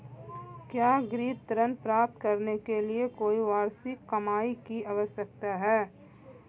क्या गृह ऋण प्राप्त करने के लिए कोई वार्षिक कमाई की आवश्यकता है?